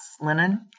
linen